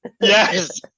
Yes